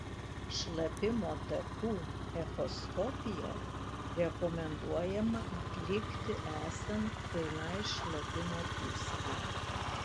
šlapimo takų echoskopiją rekomenduojama atlikti esant pilnai šlapimo pūslei